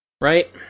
Right